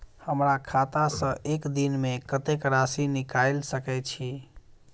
हमरा खाता सऽ एक दिन मे कतेक राशि निकाइल सकै छी